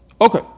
Okay